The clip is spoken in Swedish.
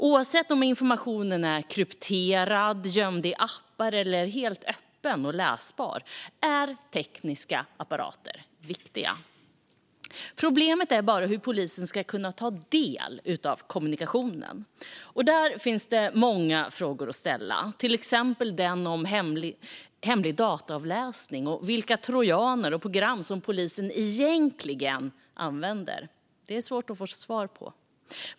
Oavsett om informationen är krypterad, gömd i appar eller helt öppen och läsbar är tekniska apparater viktiga. Problemet är bara hur polisen ska kunna ta del av kommunikationen. Där finns många frågor att ställa, till exempel den om hemlig dataavläsning och vilka trojaner och program som polisen egentligen använder. Det är svårt att få svar på.